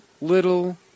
little